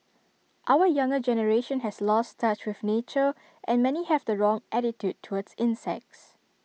our younger generation has lost touch with nature and many have the wrong attitude towards insects